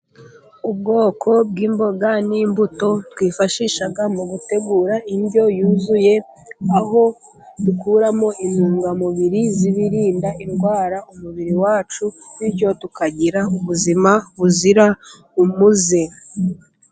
Ubwoko bw'imboga n'imbuto twifashisha mu gutegura indyo yuzuye, aho dukuramo intungamubiri zibirinda indwara umubiri wacu, bityo tukagira ubuzima buzira umuze.